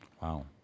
Wow